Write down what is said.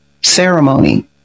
ceremony